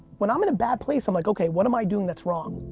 when i'm in a bad place i'm like, okay, what am i doing that's wrong?